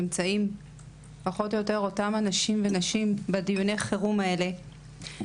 נמצאים פחות או יותר אותם אנשים ונשים בדיוני חירום האלה.